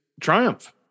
triumph